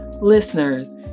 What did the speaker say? listeners